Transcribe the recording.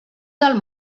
del